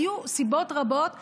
היו סיבות רבות שהביאו,